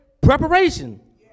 preparation